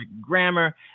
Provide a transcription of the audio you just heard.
grammar